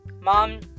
Mom